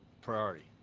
priority